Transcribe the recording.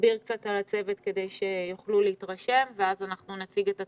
תסביר קצת על הצוות כדי שיוכלו להתרשם ואז אנחנו נציג את התוכנית.